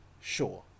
Sure